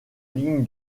ligne